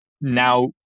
now